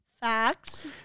Facts